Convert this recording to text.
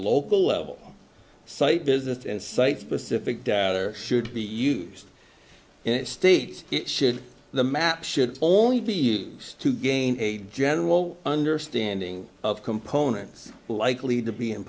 local level site business and site specific data should be used it states should the map should only be used to gain a general understanding of components likely to be